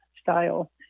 style